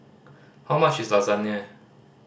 how much is Lasagne